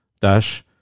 dash